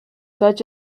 such